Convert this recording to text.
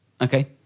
Okay